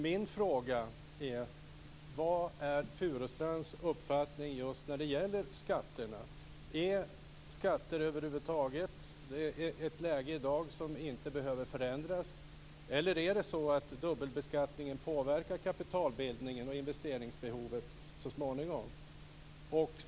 Min fråga är: Vilken är Furustrands uppfattning när det gäller skatterna? Är läget beträffande skatterna över huvud taget sådant att det inte behöver förändras, eller påverkar dubbelbeskattningen kapitalbildningen och så småningom investeringsbehovet?